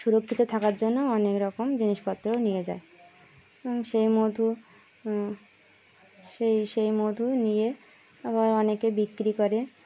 সুরক্ষিত থাকার জন্য অনেক রকম জিনিসপত্র নিয়ে যায় সেই মধু সেই সেই মধু নিয়ে আবার অনেকে বিক্রি করে